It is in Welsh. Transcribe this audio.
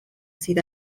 sydd